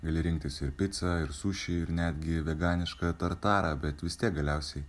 gali rinktis ir picą ir sušį ir netgi veganišką tartarą bet vis tiek galiausiai